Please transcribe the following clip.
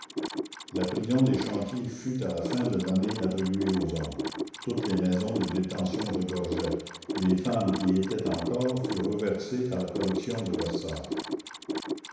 la prison des chantiers fut à la fin de l'année attribuée aux hommes toutes les maisons de détention regorgeait les femmes qui y étaient encore furent reversées à la correction de versailles